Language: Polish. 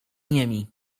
niemi